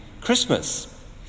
Christmas